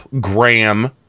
Graham